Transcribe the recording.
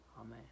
amen